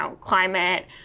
climate